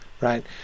Right